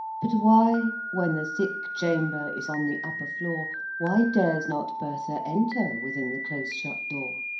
but why when the sick chamber is on the upper floor why dares not bertha enter within the close-shut door?